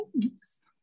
Thanks